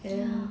and